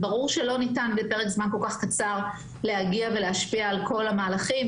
ברור שלא ניתן בפרק זמן כל כך קצר להגיע ולהשפיע על כל המהלכים,